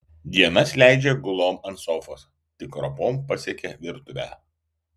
dienas leidžia gulom ant sofos tik ropom pasiekia virtuvę